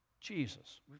Jesus